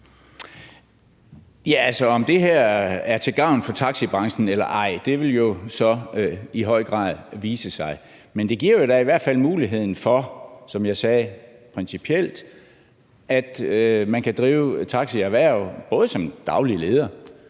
(EL): Om det her er til gavn for taxibranchen eller ej, vil jo så i høj grad vise sig. Men det giver jo da i hvert fald muligheden for, som jeg sagde, at man principielt kan drive taxierhverv både som daglig leder,